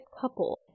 couple